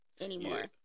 anymore